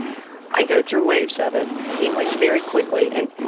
i go through waves of it he went very quickly and.